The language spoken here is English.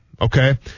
Okay